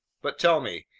but tell me,